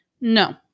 No